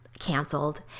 canceled